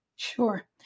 Sure